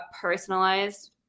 personalized